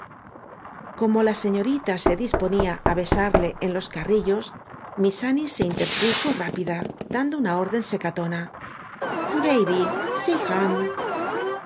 o la señorita se disponía á besarle en los carrillos m i s s a n n i e